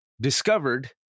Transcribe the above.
discovered